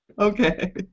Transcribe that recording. Okay